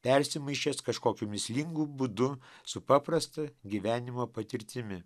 persimaišęs kažkokiu mįslingu būdu su paprasta gyvenimo patirtimi